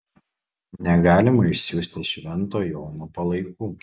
negalima išsiųsti švento jono palaikų